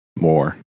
More